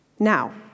Now